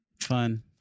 fun